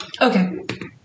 Okay